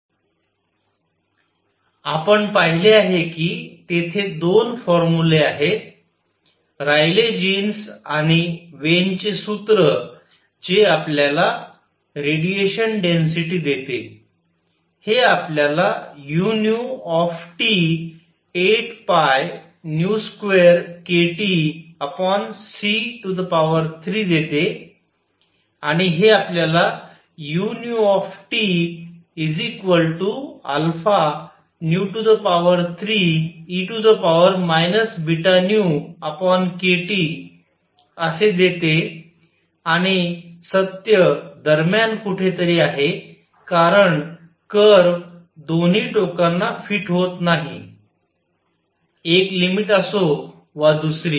black body radiation VII quantum hypothesis and Planck's distribution formula आपण पाहिले आहे की तेथे 2 फॉर्मुले आहेत रायले जीन्स आणि वेन चे सूत्र जे आपल्याला रेडिएशन डेन्सिटी देते हे आपल्याला u 8π2kTc3 देते आणि हे आपल्याला u α3e βνkTअसे देते आणि सत्य दरम्यान कुठेतरी आहे कारण कर्व दोन्ही टोकांना फिट होत नाही एक लिमिट असो वा दुसरी